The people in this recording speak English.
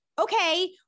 okay